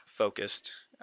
Focused